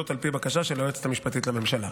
על פי בקשה של היועצת המשפטית לממשלה.